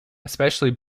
especially